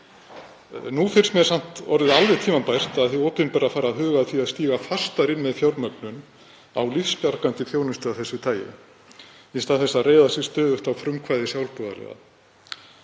Nú finnst mér samt orðið alveg tímabært að hið opinbera fari að huga að því að stíga fastar inn með fjármögnun á lífsbjargandi þjónustu af þessu tagi í stað þess að reiða sig stöðugt á frumkvæði sjálfboðaliða.